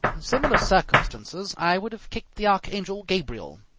in similar circumstances i would have kicked the archangel gabriel!